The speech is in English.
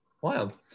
Wild